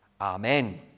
Amen